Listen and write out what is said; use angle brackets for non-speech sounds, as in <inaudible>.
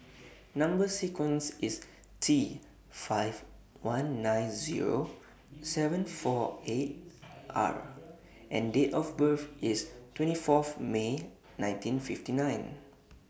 Number sequence IS T five one nine Zero seven four <noise> eight R and Date of birth IS twenty Fourth May nineteen fifty nine